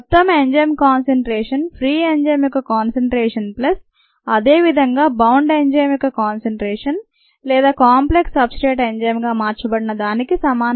మొత్తం enzyme concentration free enzyme యొక్క concentration plus అదేవిధంగా బౌండ్ ఎంజైమ్ యొక్క కాన్సన్ట్రేషన్ లేదా కాంప్లెక్స్ సబ్స్ట్రేట్ ఎంజైమ్గా మార్చబడిన దానికి సమానమవుతుంది